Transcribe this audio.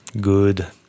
good